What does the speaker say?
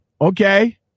okay